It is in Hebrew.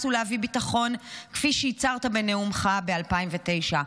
ולהביא ביטחון כפי שהצהרת בנאומך ב-2009.